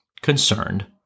concerned